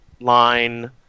line